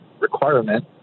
requirement